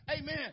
amen